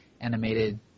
animated